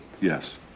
yes